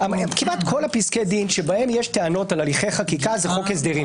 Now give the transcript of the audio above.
כמעט כל פסקי דין שיש טענות על הליכי חקיק זה חוק הסדרים.